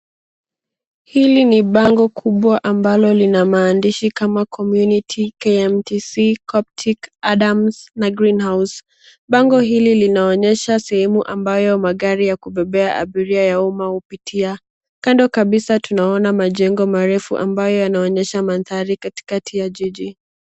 Hili ni bango kubwa ambalo lina maandishi kama Community, KMTC, Coptic, Adams na Green House. Bango hili linaonyesha sehemu ambayo magari ya kubebea abiria ya umma hupitia. Kando kabisa tunaona majengo marefu ambayo yanaonyesha madhari kati kati ya jiji.